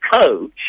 coach